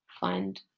find